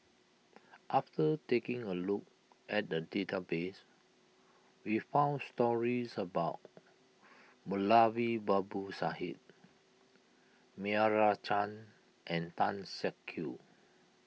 after taking a look at the database we found stories about Moulavi Babu Sahib Meira Chand and Tan Siak Kew